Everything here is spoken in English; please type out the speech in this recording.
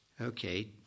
okay